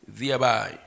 thereby